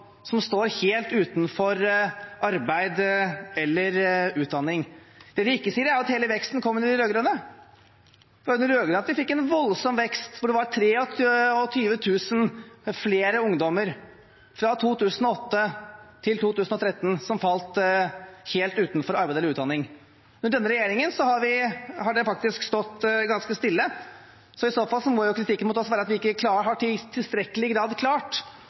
som står helt utenfor arbeid eller utdanning. Det de ikke sier, er at hele veksten kom under de rød-grønne. Det var under de rød-grønne at man fikk en voldsom vekst, for fra 2008 til 2013 ble det 23 000 flere ungdommer som falt helt utenfor arbeid eller utdanning. Under denne regjeringen har det tallet faktisk stått ganske stille, så i så fall må kritikken mot oss være at vi ikke i tilstrekkelig grad har klart